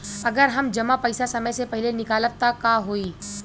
अगर हम जमा पैसा समय से पहिले निकालब त का होई?